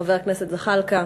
חבר הכנסת זחאלקה,